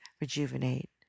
rejuvenate